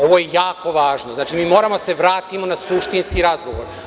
Ovo je jako važno, moramo da se vratimo na suštinski razgovor.